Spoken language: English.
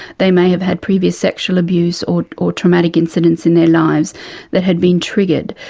they may have had previous sexual abuse or or traumatic incidents in their lives that had been triggered.